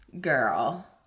girl